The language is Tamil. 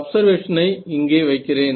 அப்சர்வேஷனை இங்கே வைக்கிறேன்